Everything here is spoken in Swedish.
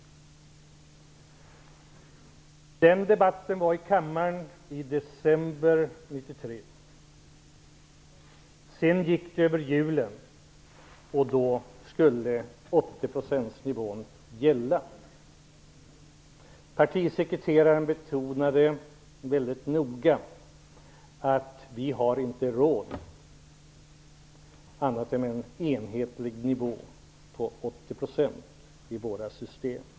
Debatten fördes i kammaren i december 1993. Sedan kom julen, och efter det var det 80-procentsnivån som gällde. Partisekreteraren betonade mycket noga att vi inte har råd med annat än en enhetlig nivå på 80 % i våra system.